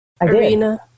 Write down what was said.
arena